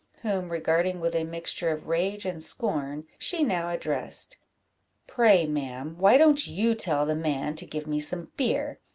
whom, regarding with a mixture of rage and scorn, she now addressed pray, ma'am, why don't you tell the man to give me some beer?